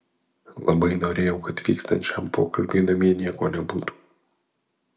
labai norėjau kad vykstant šiam pokalbiui namie nieko nebūtų